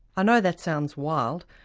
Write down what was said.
i know that sounds wild.